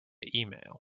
email